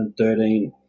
2013